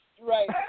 Right